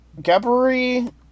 Gabri